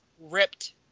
ripped